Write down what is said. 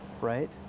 right